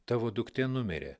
tavo duktė numirė